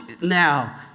now